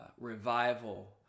revival